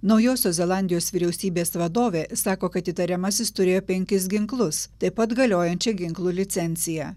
naujosios zelandijos vyriausybės vadovė sako kad įtariamasis turėjo penkis ginklus taip pat galiojančią ginklų licenciją